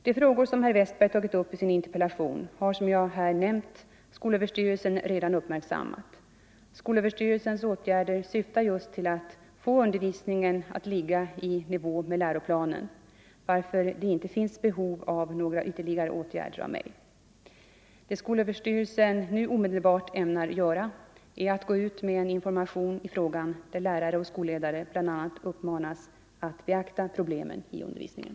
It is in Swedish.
De frågor herr Westberg tagit upp i sin interpellation har som jag här nämnt skolöverstyrelsen redan uppmärksammat. Skolöverstyrelsens åt 67 gärder syftar just till att ”få undervisningen att ligga i linje med vad läroplanen anger”, varför det inte finns behov av några ytterligare åtgärder av mig. Det skolöverstyrelsen nu omedelbart ämnar göra är att gå ut med en information i frågan där lärare och skolledare bl.a. uppmanas att beakta problemen i undervisningen.